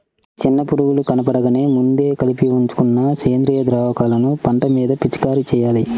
చిన్న పురుగులు కనబడగానే ముందే కలిపి ఉంచుకున్న సేంద్రియ ద్రావకాలను పంట మీద పిచికారీ చెయ్యాలి